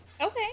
Okay